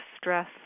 stress